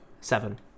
Seven